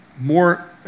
more